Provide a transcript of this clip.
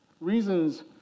Reasons